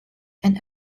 and